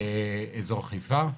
אזור חיפה,